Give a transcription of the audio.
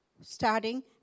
starting